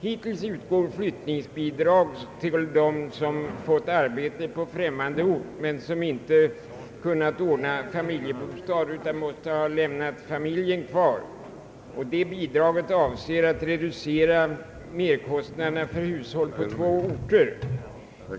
Hittills har flyttningsbidrag utgått till personer som fått arbete på främmande ort men inte kunnat ordna familjebostad utan måst lämna familjen kvar i hemorten. Detta bidrag avser att reducera merkostnaderna för hushåll på två orter.